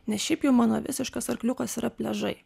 nes šiaip jau mano visiškas arkliukas yra pliažai